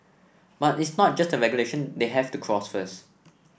but it's not just the regulation they have to cross first